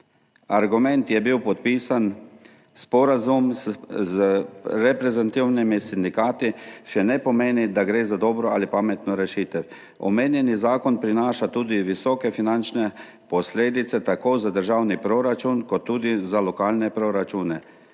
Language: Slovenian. Argument je bil podpisan. Sporazum z reprezentativnimi sindikati še ne pomeni, da gre za dobro ali pametno rešitev. Omenjeni zakon prinaša tudi visoke finančne posledice tako za državni proračun kot tudi za lokalne proračune.